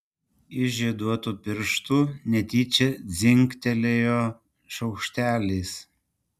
iš žieduotų pirštų netyčia dzingtelėjo šaukštelis